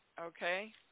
Okay